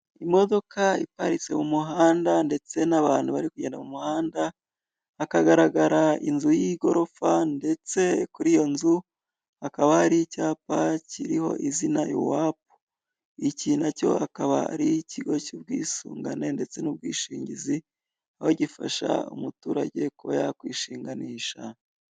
Imodoka iparitse mu muhanda ndetse n'abantu bari kugenda mu muhanda, hakagaragara inzu y'igorofa, ndetse kuri iyo nzu hakaba hari icyapa kiriho izina yuwapu; iki nacyo kikaba ari ikigo cy'ubwisungane ndetse n'ubwishingizi, aho gifasha umuturage kuba yakwishinganisha.